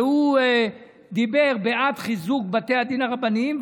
והוא דיבר בעד חיזוק בתי הדין הרבניים,